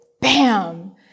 bam